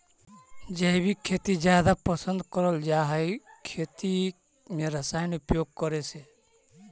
जैविक खेती जादा पसंद करल जा हे खेती में रसायन उपयोग करे से